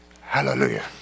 Hallelujah